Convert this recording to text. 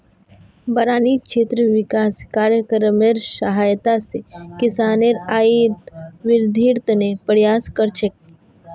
बारानी क्षेत्र विकास कार्यक्रमेर सहायता स किसानेर आइत वृद्धिर त न प्रयास कर छेक